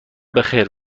بخیر